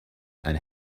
and